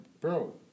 bro